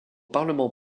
parlement